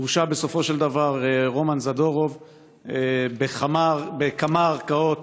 הורשע בסופו של דבר רומן זדורוב בכמה ערכאות